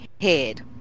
head